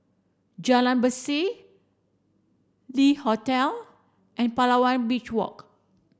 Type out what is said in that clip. Jalan Berseh Le Hotel and Palawan Beach Walk